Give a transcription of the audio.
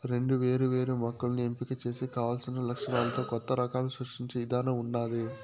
రెండు వేరు వేరు మొక్కలను ఎంపిక చేసి కావలసిన లక్షణాలతో కొత్త రకాలను సృష్టించే ఇధానం ఉన్నాది